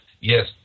yes